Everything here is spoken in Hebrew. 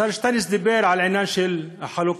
השר שטייניץ דיבר על עניין החלוקה,